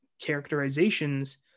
characterizations